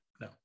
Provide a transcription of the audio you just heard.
no